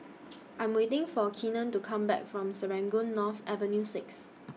I Am waiting For Kenan to Come Back from Serangoon North Avenue six